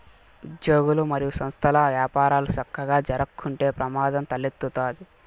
ఉజ్యోగులు, మరియు సంస్థల్ల యపారాలు సక్కగా జరక్కుంటే ప్రమాదం తలెత్తతాది